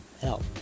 help